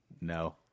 No